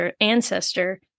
ancestor